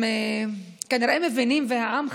כמה דוחות לאנשים שיוצאים למקום העבודה שלהם על הבוקר,